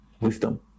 Wisdom